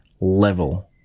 level